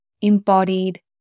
embodied